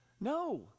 No